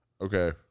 Okay